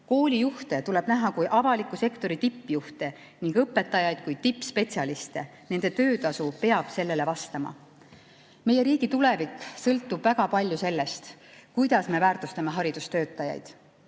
Koolijuhte tuleb näha kui avaliku sektori tippjuhte ning õpetajaid kui tippspetsialiste. Nende töötasu peab sellele vastama. Meie riigi tulevik sõltub väga palju sellest, kuidas me väärtustame haridustöötajaid.